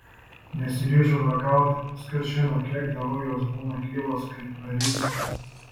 nesiryžau ragauti nes kas žino kiek dienų jos būna gyvos kai prarysi